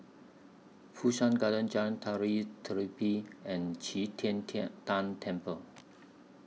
Fu Shan Garden Jalan Tari and Qi Tian Tian Tan Temple